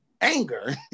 Anger